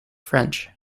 french